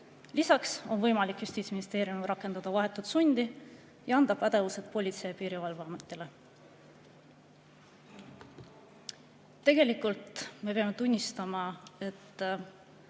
Lisaks on võimalik Justiitsministeeriumil rakendada vahetut sundi ning anda pädevused Politsei- ja Piirivalveametile. Tegelikult me peame tunnistama, et